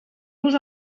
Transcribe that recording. los